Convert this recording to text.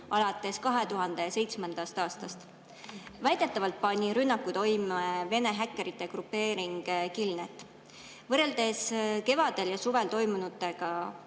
alates 2007. aastast. Väidetavalt pani rünnaku toime Vene häkkerite grupeering Killnet. Võrreldes kevadel ja suvel toimunutega